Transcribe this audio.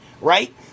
right